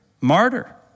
Martyr